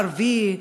הערבי,